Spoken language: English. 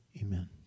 amen